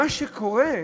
מה שקורה,